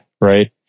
Right